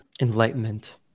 Enlightenment